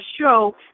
show